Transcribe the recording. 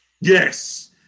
Yes